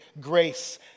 grace